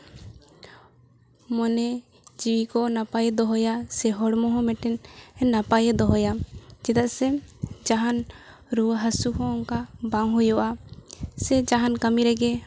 ᱢᱚᱱᱮ ᱡᱤᱣᱤ ᱠᱚ ᱱᱟᱯᱟᱭᱮ ᱫᱚᱦᱚᱭᱟ ᱥᱮ ᱦᱚᱲᱢᱚ ᱦᱚᱸ ᱢᱤᱫᱴᱮᱱ ᱱᱟᱯᱟᱭᱮ ᱫᱚᱦᱚᱭᱟ ᱪᱮᱫᱟᱜ ᱥᱮ ᱡᱟᱦᱟᱱ ᱨᱩᱣᱟᱹ ᱦᱟᱹᱥᱩ ᱦᱚᱸ ᱚᱱᱠᱟ ᱵᱟᱝ ᱦᱩᱭᱩᱜᱼᱟ ᱥᱮ ᱡᱟᱦᱟᱱ ᱠᱟᱹᱢᱤ ᱨᱮᱜᱮ